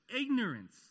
ignorance